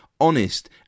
honest